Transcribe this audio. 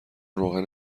روغن